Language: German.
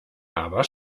aber